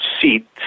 seat